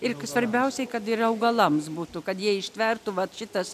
ir svarbiausiai kad ir augalams būtų kad jie ištvertų vat šitas